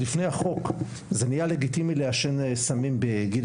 עוד לפני החוק; זה נהיה לגיטימי לעשן סמים בגיל